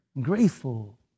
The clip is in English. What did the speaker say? Grateful